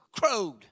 crowed